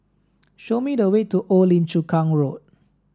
show me the way to Old Lim Chu Kang Road